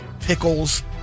pickles